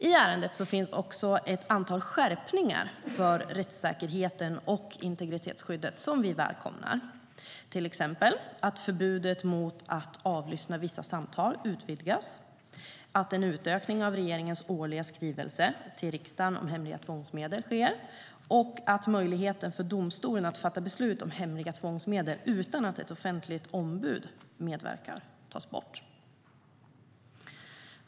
I ärendet finns också ett antal förslag för att skärpa rättssäkerheten och integritetsskyddet som vi välkomnar. Det gäller till exempel att förbudet mot att avlyssna vissa samtal utvidgas, att en utökning av omfattningen av regeringens årliga skrivelse till riksdagen om hemliga tvångsmedel ska ske och att möjligheten för domstolen att fatta beslut om hemliga tvångsmedel utan att ett offentligt ombud har medverkat tas bort.